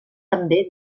també